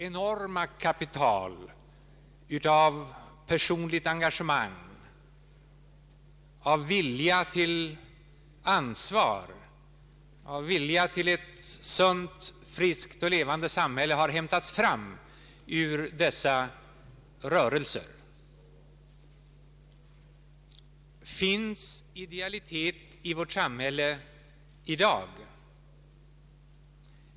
Enorma kapital av personligt engagemang, av vilja till ansvar, av vilja till ett sunt, friskt och levande samhälle har hämtats fram ur dessa rörelser. Finns idealitet i vårt samhälle i dag?